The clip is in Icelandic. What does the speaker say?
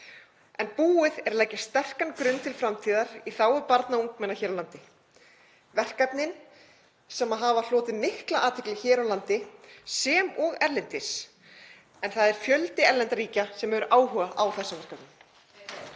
en búið er að leggja sterkan grunn til framtíðar í þágu barna og ungmenna hér á landi. Verkefnin hafa hlotið mikla athygli hér á landi sem og erlendis en fjöldi erlendra ríkja hefur áhuga á þessum verkefnum.